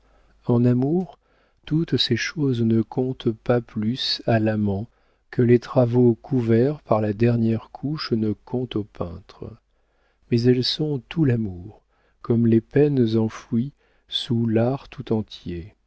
en amour toutes ces choses ne comptent pas plus à l'amant que les travaux couverts par la dernière couche ne comptent au peintre mais elles sont tout l'amour comme les peines enfouies sont l'art tout entier